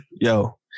yo